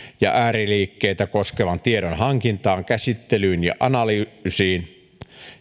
ja ääriliikkeitä koskevan tiedon hankintaan käsittelyyn ja analyysiin